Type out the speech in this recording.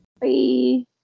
Bye